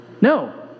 No